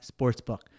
sportsbook